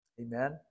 Amen